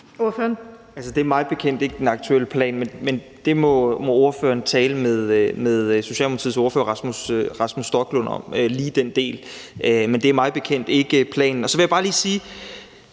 Det er mig bekendt ikke den aktuelle plan, men lige den del må ordføreren tale med Socialdemokratiets ordfører, Rasmus Stoklund, om – det er mig bekendt ikke planen. Så vil jeg bare lige sige: